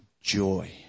joy